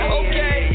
okay